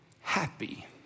happy